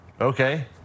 okay